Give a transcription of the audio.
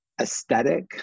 aesthetic